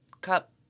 cup